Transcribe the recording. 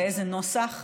באיזה נוסח.